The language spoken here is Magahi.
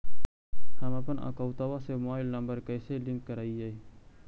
हमपन अकौउतवा से मोबाईल नंबर कैसे लिंक करैइय?